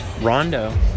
Rondo